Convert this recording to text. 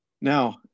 Now